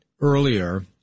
earlier